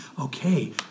Okay